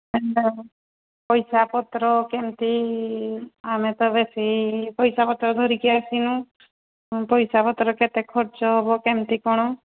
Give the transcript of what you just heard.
ପଇସା ପତ୍ର କେମିତି ଆମେ ତ ବେଶୀ ପଇସା ପତ୍ର ଧରିକି ଆସିନୁ ପଇସା ପତ୍ର କେତେ ଖର୍ଚ୍ଚ ହେବ କେମିତି କ'ଣ